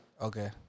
okay